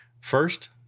First